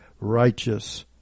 righteous